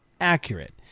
accurate